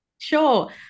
Sure